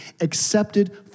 accepted